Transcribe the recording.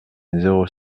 zéro